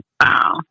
wow